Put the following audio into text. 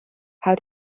how